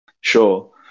sure